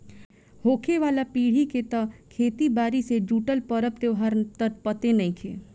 होखे वाला पीढ़ी के त खेती बारी से जुटल परब त्योहार त पते नएखे